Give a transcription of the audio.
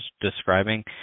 describing